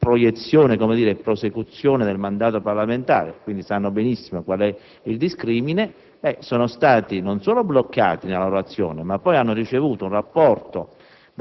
proiezione, prosecuzione del mandato parlamentare (e quindi sono ben consapevoli di quale sia il discrimine), sono stati non solo bloccati nella loro azione, ma poi hanno ricevuto un rapporto